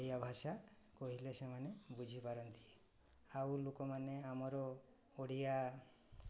ଓଡ଼ିଆ ଭାଷା କହିଲେ ସେମାନେ ବୁଝିପାରନ୍ତି ଆଉ ଲୋକମାନେ ଆମର ଓଡ଼ିଆ